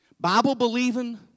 Bible-believing